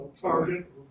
Target